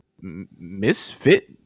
Misfit